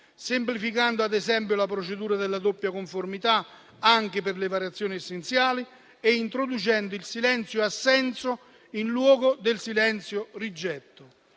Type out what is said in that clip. semplificando ad esempio la procedura della doppia conformità anche per le variazioni essenziali e introducendo il silenzio assenso in luogo del silenzio rigetto.